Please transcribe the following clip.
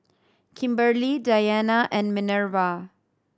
Kimberely Dianna and Minerva